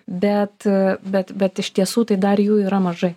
bet bet bet iš tiesų tai dar jų yra mažai